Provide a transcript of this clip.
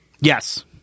Yes